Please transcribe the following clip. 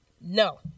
No